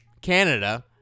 canada